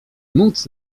móc